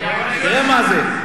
תראה מה זה.